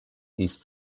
east